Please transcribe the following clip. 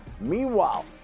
Meanwhile